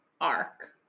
arc